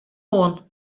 oan